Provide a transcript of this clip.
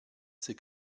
c’est